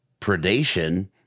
predation